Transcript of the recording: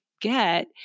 get